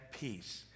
peace